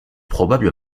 probable